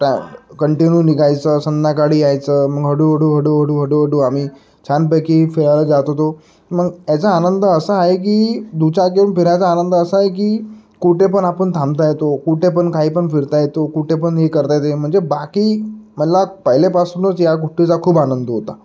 टा कंटिन्यू निघायचं संध्याकाळी यायचं मग हळूहळू हळूहळू हळूहळू आम्ही छानपैकी फिरायला जात होतो मग याचा आनंद असा आहे की दुचाकी फिरायचा आनंद असा आहे की कुठे पण आपण थांबता येतो कुठे पण काहीपण फिरता येतो कुठे पण हे करता येते म्हणजे बाकी मला पहिल्यापासूनच या गोष्टीचा खूप आनंद होता